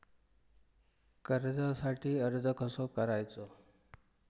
कर्जासाठी अर्ज कसो करायचो?